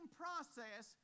process